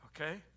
Okay